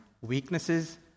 weaknesses